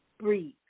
Breathe